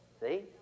See